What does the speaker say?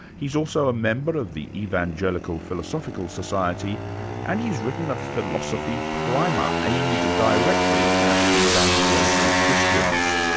he's also a member of the evangelical philosophical society and he's written a philosophy primer aimed directly at evangelical christians.